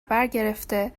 برگرفته